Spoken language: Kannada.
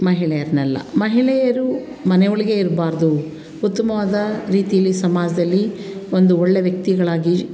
ಮಹಿಳೆಯರನ್ನೆಲ್ಲ ಮಹಿಳೆಯರು ಮನೆ ಒಳಗೆ ಇರಬಾರ್ದು ಉತ್ತಮವಾದ ರೀತಿಯಲ್ಲಿ ಸಮಾಜದಲ್ಲಿ ಒಂದು ಒಳ್ಳೆಯ ವ್ಯಕ್ತಿಗಳಾಗಿ